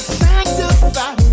sanctify